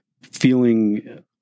feeling